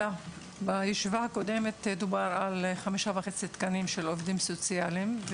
בישיבה הקודמת דובר על 5.5 תקנים של עובדים סוציאליים,